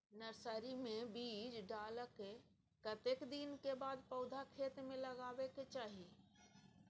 Nursery मे बीज डाललाक कतेक दिन के बाद पौधा खेत मे लगाबैक चाही?